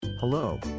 Hello